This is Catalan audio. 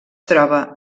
troba